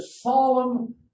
solemn